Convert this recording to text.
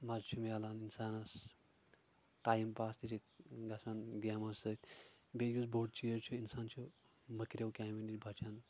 مزٕ چھُ مِلان انسانس ٹایِم پاس تہِ چھ گژھان گیمو سۭتۍ بیٚیہِ یُس بوٚڑ چیٖز چھُ انسان چھُ مٔکرٮ۪و کامیو نِش بچان